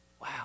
Wow